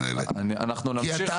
אדוני היו"ר,